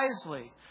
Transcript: wisely